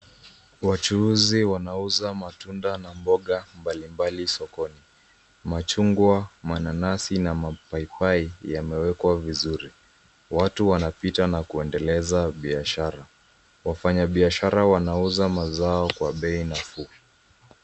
Wachuuzi wanauza matunda na mboga mbalimbali sokoni. Machungwa, mananasi na mapaipai yamewekwa vizuri. Watu wanapita na kuendeleza biashara. Wafanyabiashara wanauza mazao kwa bei nafuu.